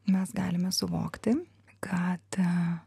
mes galime suvokti ką ta